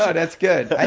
ah that's good.